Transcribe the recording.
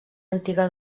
antiga